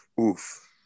oof